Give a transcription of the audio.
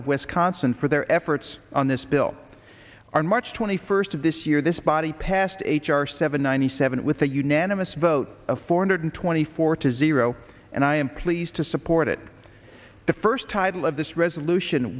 of wisconsin for their efforts on this bill our march twenty first of this year this body passed h r seven ninety seven with a unanimous vote of four hundred twenty four to zero and i am pleased to support it the first title of this resolution